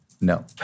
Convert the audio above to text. no